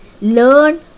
learn